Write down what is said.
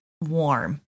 warm